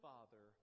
Father